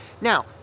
Now